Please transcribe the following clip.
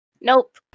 Nope